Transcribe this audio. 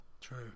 True